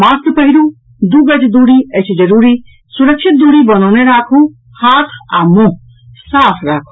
mask पहिरू दू गज दूरी अछि जरूरी सुरक्षित दूरी बनौने राखू हाथ आ मुंह साफ राखू